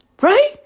Right